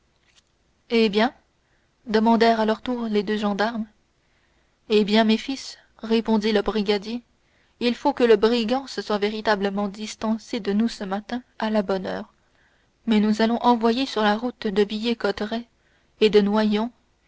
eh bien demandèrent à leur tour les deux gendarmes eh bien mes fils répondit le brigadier il faut que le brigand se soit véritablement distancé de nous ce matin à la bonne heure mais nous allons envoyer sur la route de villers cotterêts et de noyon